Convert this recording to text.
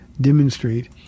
demonstrate